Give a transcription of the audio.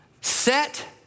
set